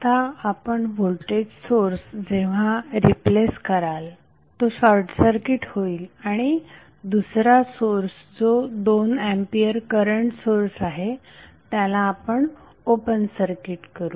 आता आपण voltage source जेव्हा रिप्लेस कराल तो शॉर्टसर्किट होईल आणि दुसरा सोर्स जो 2A करंट सोर्स आहे त्याला आपण ओपन सर्किट करू